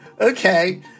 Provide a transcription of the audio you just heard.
okay